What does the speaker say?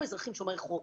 אנחנו אזרחים שומרי חוק.